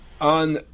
On